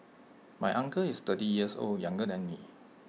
my uncle is thirty years old younger than me